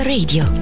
Radio